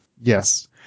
Yes